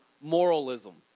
moralism